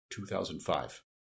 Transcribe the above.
2005